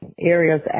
areas